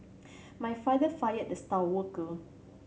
my father fired the star worker